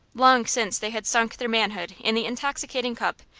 long since they had sunk their manhood in the intoxicating cup,